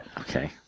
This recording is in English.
Okay